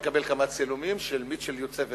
שיקבל כמה צילומים של מיטשל יוצא ונכנס?